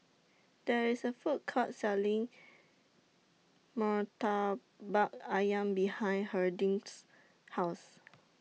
There IS A Food Court Selling Murtabak Ayam behind Harding's House